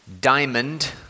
Diamond